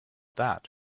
that